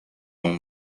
اون